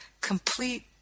complete